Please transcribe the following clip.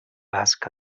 basc